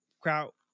Kraut